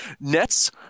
Nets